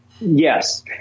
Yes